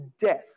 death